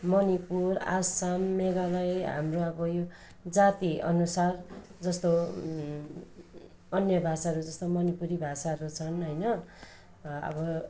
मणिपुर आसाम मेघालय हाम्रो अब यो जातिअनुसार जस्तो अन्य भाषाहरू जस्तो मणिपुरी भाषाहरू छन् होइन र अब